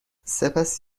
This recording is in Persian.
سپس